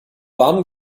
warmen